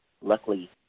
luckily